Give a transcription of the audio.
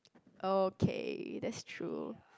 okay that's true